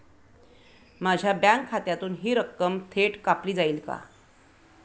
माझ्या बँक खात्यातून हि रक्कम थेट कापली जाईल का?